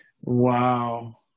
wow